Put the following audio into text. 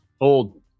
old